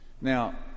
Now